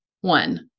One